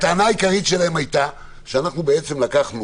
הטענה העיקרית שלהם הייתה שאנחנו לקחנו